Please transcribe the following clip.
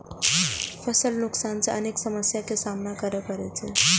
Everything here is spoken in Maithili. फसल नुकसान सं अनेक समस्या के सामना करै पड़ै छै